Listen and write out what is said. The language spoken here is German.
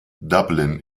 dublin